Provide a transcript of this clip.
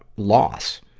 loss,